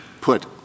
put